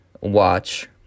watch